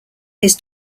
his